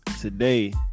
Today